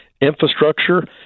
infrastructure